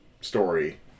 story